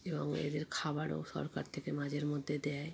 এবং এদের খাবারও সরকার থেকে মাঝে মধ্যে দেয়